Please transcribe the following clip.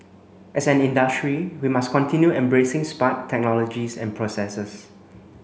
as an industry we must continue embracing smart technologies and processes